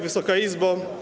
Wysoka Izbo!